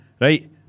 right